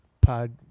pod